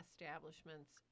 establishments